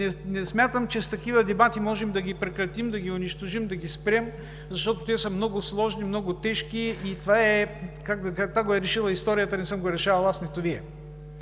не смятам, че с такива дебати можем да ги прекратим, да ги унищожим, да ги спрем, защото те са много сложни, много тежки. Това го е решила историята, не съм го решавал аз, нито Вие.